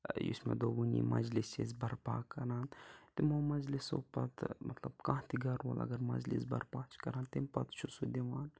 یُس مےٚ دوٚپ وٕنی مجلِس چھِ أسۍ برپا کَران تِمو مجلِسو پَتہٕ مطلب کانٛہہ تہِ گَرٕ وول اگر مجلِس برپا چھِ کَران تَمہِ پَتہٕ چھِ سُہ دِوان